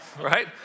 Right